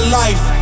life